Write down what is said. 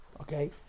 Okay